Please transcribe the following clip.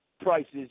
prices